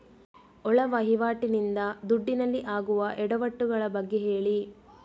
ಒಳ ವಹಿವಾಟಿ ನಿಂದ ದುಡ್ಡಿನಲ್ಲಿ ಆಗುವ ಎಡವಟ್ಟು ಗಳ ಬಗ್ಗೆ ಹೇಳಿ